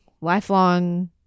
lifelong